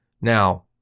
Now